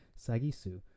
Sagisu